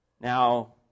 Now